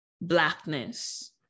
blackness